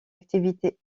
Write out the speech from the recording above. activité